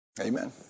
Amen